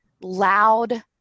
loud